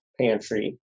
pantry